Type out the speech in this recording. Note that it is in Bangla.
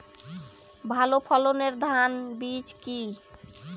ভালো ফলনের ধান বীজ কি?